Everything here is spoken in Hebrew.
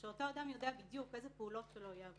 אותו אדם יודע בדיוק אלו פעולות שלו יהיו